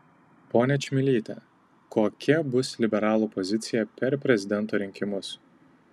ponia čmilyte kokia bus liberalų pozicija per prezidento rinkimus